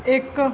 ਇੱਕ